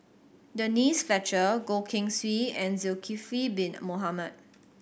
Denise Fletcher Goh Keng Swee and Zulkifli Bin Mohamed